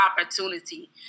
opportunity